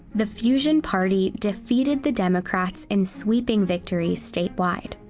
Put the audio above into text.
the fusion party defeated the democrats in sweeping victories statewide.